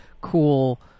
cool